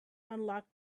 unlocked